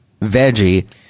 veggie